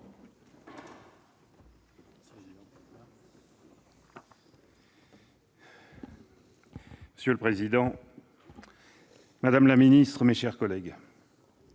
Monsieur le président, madame la ministre, mes chers collègues,